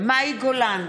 מאי גולן,